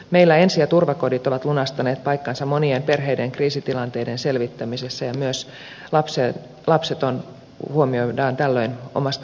meillä ensi ja turvakodit ovat lunastaneet paikkansa monien perheiden kriisitilanteiden selvittämisessä ja myös lapset huomioidaan tällöin omasta näkökulmastaan